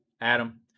Adam